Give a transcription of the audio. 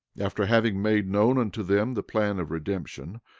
after having made known unto them the plan of redemption,